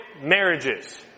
marriages